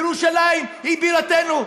ירושלים היא בירתנו,